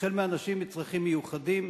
החל מאנשים עם צרכים מיוחדים,